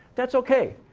that's okay,